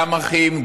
גם אחים,